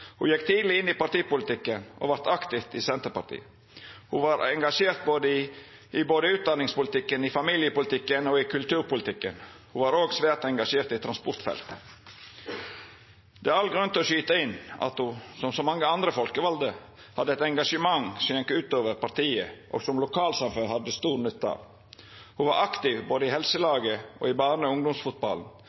Ho gjekk tidleg inn i partipolitikken og vart aktiv i Senterpartiet. Ho var engasjert i både utdanningspolitikken, familiepolitikken og kulturpolitikken. Ho var òg svært engasjert i transportfeltet. Det er all grunn til å skyta inn at ho, som så mange andre folkevalde, hadde eit engasjement som gjekk utover partiet, og som lokalsamfunnet hadde stor nytte av. Ho var aktiv i både helselaget og barne- og